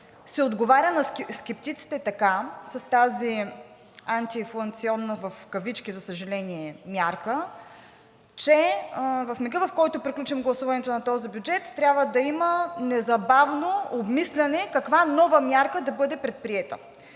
се отговаря на скептиците така с тази инфлационна в кавички, за съжаление, мярка, че в мига, в който приключим гласуването на този бюджет, трябва да има незабавно обмисляне каква нова мярка да бъде предприета.